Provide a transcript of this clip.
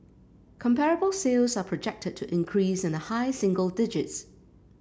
comparable sales are projected to increase in the high single digits